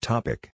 Topic